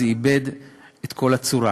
זה איבד את כל הצורה.